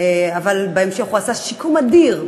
אבל בהמשך הוא עשה שיקום אדיר,